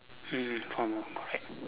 mm formal correct